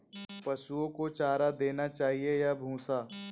पशुओं को चारा देना चाहिए या भूसा?